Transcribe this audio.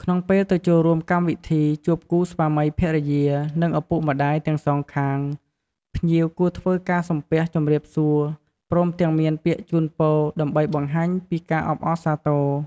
ក្នុងពេលទៅចូលរួមកម្មវិធី ជួបគូស្វាមីភរិយា និងឪពុកម្ដាយទាំងសងខាង ភ្ញៀវគួរធ្វើការសំពះជម្រាបសួរ ព្រមទាំងមានពាក្យជូនពរ ដើម្បីបង្ហាញពីការអបអរសាទរ។